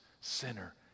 sinner